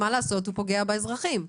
מה לעשות, הוא פוגע באזרחים.